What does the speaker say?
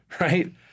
right